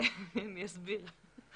אני אסביר.